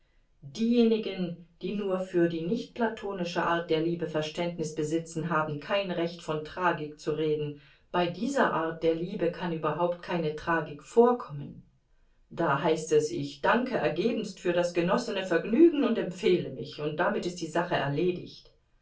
diejenigen die nur für die nichtplatonische art der liebe verständnis besitzen haben kein recht von tragik zu reden bei dieser art der liebe kann überhaupt keine tragik vorkommen da heißt es ich danke ergebenst für das genossene vergnügen und empfehle mich und damit ist die sache erledigt